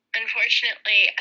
unfortunately